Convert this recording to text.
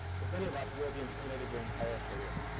with any luck you'll be intimidated your entire career.